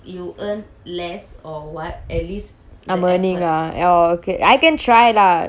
I'm earning ah oh okay I can try lah let my holiday come then